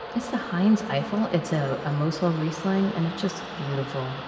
it's the heinz eifel it's ah a mosel riesling and it's just beautiful